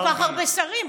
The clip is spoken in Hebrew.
כל כך הרבה שרים,